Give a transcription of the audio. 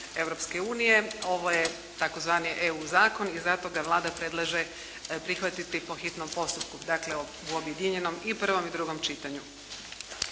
Europske unije. Ovo je tzv. EU zakon i zato ga Vlada predlaže prihvatiti po hitnom postupku, dakle u objedinjenom i prvom i drugom čitanju.